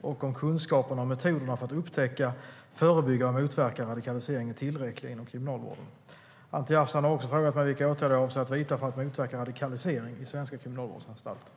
och om kunskaperna och metoderna för att upptäcka, förebygga och motverka radikalisering är tillräckliga inom Kriminalvården. Anti Avsan har också frågat mig vilka åtgärder jag avser att vidta för att motverka radikalisering i svenska kriminalvårdsanstalter.